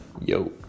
Yo